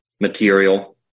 material